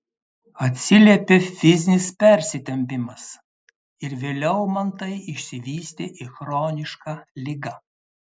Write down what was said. atsiliepė fizinis persitempimas ir vėliau man tai išsivystė į chronišką ligą